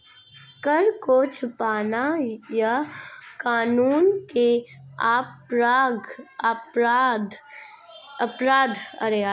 कर को छुपाना यह कानून के अपराध के श्रेणी में आता है